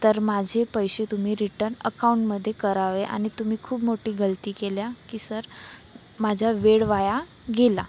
तर माझे पैसे तुम्ही रिटर्न अकाऊंटमध्ये करावे आणि तुम्ही खूप मोठी गलती केली की सर माझा वेळ वाया गेला